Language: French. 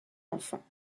enfant